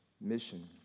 mission